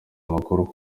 amakuru